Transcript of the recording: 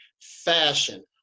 fashion